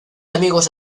amigos